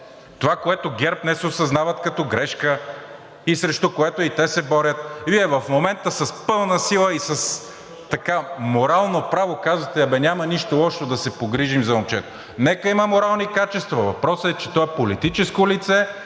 Това, което ГЕРБ днес осъзнават като грешка и срещу което и те се борят, Вие в момента с пълна сила и с така морално право казвате: „А бе, няма нищо лошо да се погрижим за момчето.“ Нека има морални качества. Въпросът е, че той е политическо лице